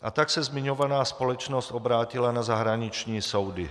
A tak se zmiňovaná společnost obrátila na zahraniční soudy.